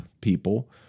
people